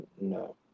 No